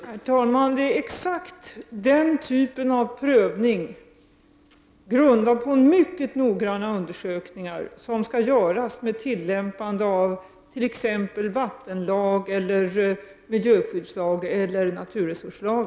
Herr talman! Det är exakt den typen av prövning, grundad på mycket nog = 17 april 1990 granna undersökningar, som skall göras med tillämpande av t.ex. vattenlag, miljöskyddslag eller naturresurslag.